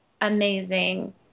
amazing